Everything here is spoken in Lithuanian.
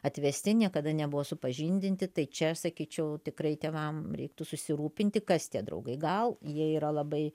atvesti niekada nebuvo supažindinti tai aš čia sakyčiau tikrai tėvam reiktų susirūpinti kas tie draugai gal jie yra labai